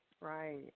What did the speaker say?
right